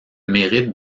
mérite